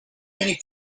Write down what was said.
many